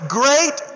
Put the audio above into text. great